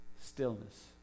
stillness